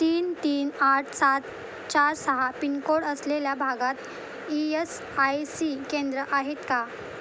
तीन तीन आठ सात चार सहा पिन कोड असलेल्या भागात ई यस आय सी केंद्र आहेत का